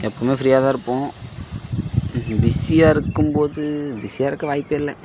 எப்போதுமே ஃப்ரீயாக தான் இருப்போம் பிஸியாக இருக்கும் போது பிஸியாக இருக்க வாய்ப்பே இல்லை